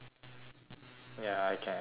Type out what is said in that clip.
ya I can I can hear them